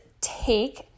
take